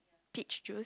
peach juice